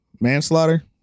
Manslaughter